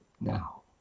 now